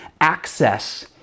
access